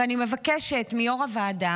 ואני מבקשת מיו"ר הוועדה,